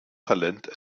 talent